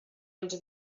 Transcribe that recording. els